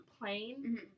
plain